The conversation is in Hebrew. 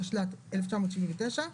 התשל"ט-1979,